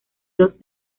los